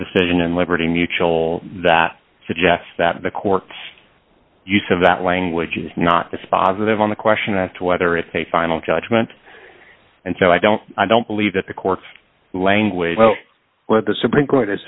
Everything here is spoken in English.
decision and liberty mutual that suggests that the court use of that language is not dispositive on the question as to whether if a final judgment and so i don't i don't believe that the court's language where the supreme court has